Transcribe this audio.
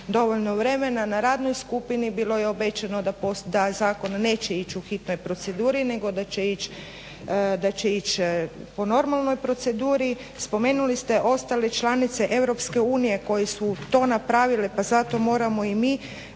dovoljno vremena. Na radnoj skupini bilo je obećano da zakon neće ići u hitnoj proceduri nego da će ić po normalnoj proceduri. Spomenuli ste ostale članice EU koje su to napravile pa zato moramo i mi.